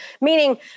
meaning